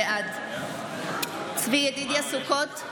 בעד צבי ידידיה סוכות,